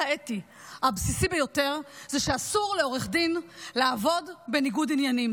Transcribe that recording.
האתי הבסיסי ביותר הוא שאסור לעורך דין לעבוד בניגוד עניינים.